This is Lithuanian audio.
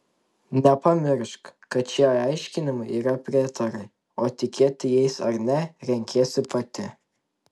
nepamiršk kad šie aiškinimai yra prietarai o tikėti jais ar ne renkiesi pati